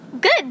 good